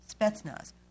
Spetsnaz